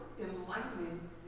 enlightening